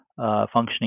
Functioning